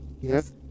Yes